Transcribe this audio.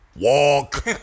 walk